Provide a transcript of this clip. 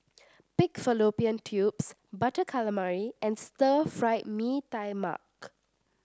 Pig Fallopian Tubes Butter Calamari and Stir Fried Mee Tai Mak